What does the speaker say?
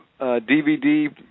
DVD